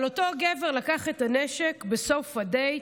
אבל אותו גבר לקח את הנשק בסוף הדייט,